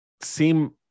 seem